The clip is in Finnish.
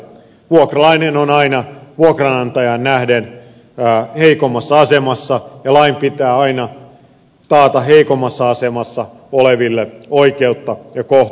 vuokralainen on aina vuokranantajaan nähden heikommassa asemassa ja lain pitää aina taata heikommassa asemassa oleville oikeutta ja kohtuutta